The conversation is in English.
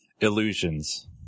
Illusions